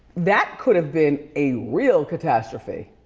that could have been a real catastrophe.